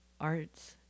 arts